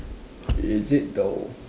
is it the